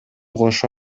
кошо